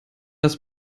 das